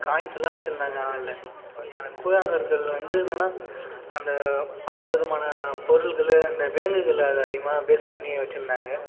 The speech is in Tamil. காயின்ஸெல்லாம் வச்சுருந்தாங்க அதில் அந்த கூழாங்கற்கள் வந்து என்னென்னா அந்த பல விதமான பொருள்கள் அந்த விலங்குகளை அது அதிகமாக பேஸ் பண்ணி வச்சுருந்தாங்க